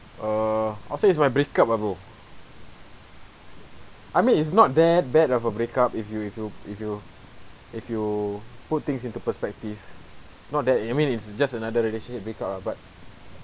err I would say my breakup ah bro I mean it's not that bad of a breakup if you if you if you if you put things into perspective not that I mean it's just another relationship break up ah but